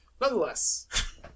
nonetheless